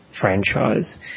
franchise